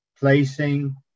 placing